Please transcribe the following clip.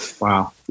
Wow